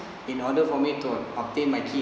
in order for me to obtain my key